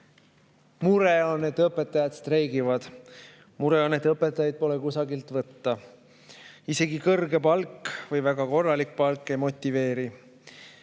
Mure on, et õpetajad streigivad, mure on, et õpetajaid pole kusagilt võtta, isegi kõrge palk või väga korralik palk ei motiveeri.